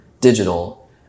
digital